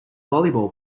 volleyball